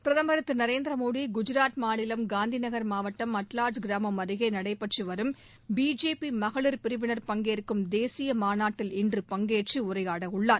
பிரதம் திரு நரேந்திர மோடி குஜாத் மாநிலம் காந்தி நகர் மாவட்டம் அடவாஜ் கிராமம் அருகே நடைபெற்று வரும் பிஜேபி மகளிர் பிரிவினர் பங்கேற்கும் தேசிய மாநாட்டில் இன்று பங்கேற்று உரையாடவுள்ளார்